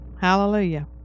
hallelujah